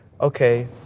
okay